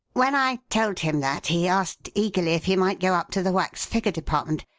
when i told him that, he asked eagerly if he might go up to the wax-figure department,